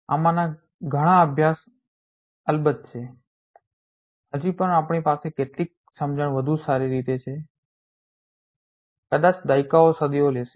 આમાંના ઘણા બધા અભ્યાસ અલબત્ત છે હજી પણ અમારી પાસે કેટલીક સમજણ વધુ સારી રીતે છે અમે કદાચ દાયકાઓ સદીઓ લેશે